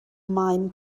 maen